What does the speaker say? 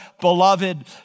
Beloved